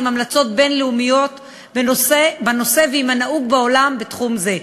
המלצות בין-לאומיות בנושא ועם הנהוג בעולם בתחום זה.